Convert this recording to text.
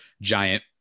giant